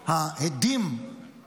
ההדים,